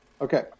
Okay